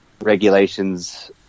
regulations